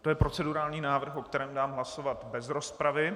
To je procedurální návrh, o kterém dám hlasovat bez rozpravy.